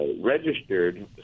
registered